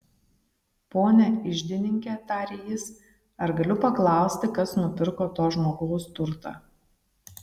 pone iždininke tarė jis ar galiu paklausti kas nupirko to žmogaus turtą